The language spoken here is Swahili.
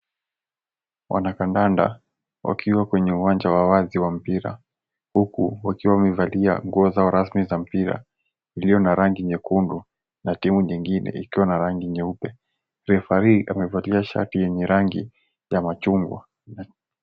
Wanakandanda wakiwa kwenye uwanja wa wazi wa mpira huku wakiwa wamevalia nguo zao rasmi za mpira iliyo na rangi nyekundu na timu nyingine ikiwa na rangi nyeupe. Refarii amevalia shati yenye rangi ya machungwa.